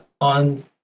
on